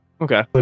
okay